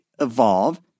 evolve